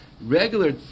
regular